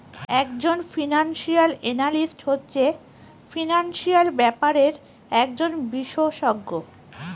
এক জন financial analyst হচ্ছে ফিনান্সিয়াল ব্যাপারের একজন বিশষজ্ঞ